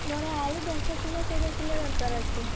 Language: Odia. ମୋର ଆଳୁ ଦଶ କିଲୋ କୋଡ଼ିଏ କିଲୋ ଦରକାର ଅଛି